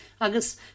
agus